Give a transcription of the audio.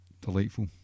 Delightful